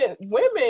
women